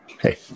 Hey